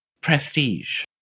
Prestige